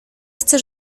chcę